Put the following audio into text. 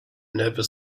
never